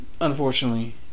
unfortunately